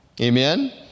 Amen